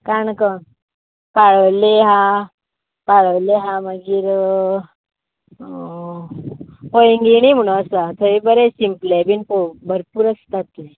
काणकोण पाळोलें आहा पाळोलें आहा मागीर अह पैंगिणी म्हूण आसा थंय बरें शिंपलें बी पोळवपाक भरपूर आसता थंय